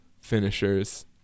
finishers